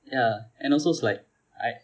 ya and also is like I